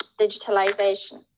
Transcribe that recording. digitalization